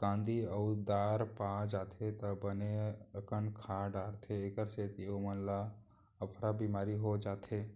कांदी अउ दार पा जाथें त बने अकन खा डारथें एकर सेती ओमन ल अफरा बिमारी हो जाथे